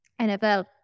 NFL